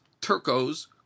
Turcos